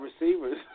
receivers